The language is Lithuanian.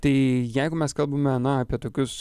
tai jeigu mes kalbame na apie tokius